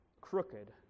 crooked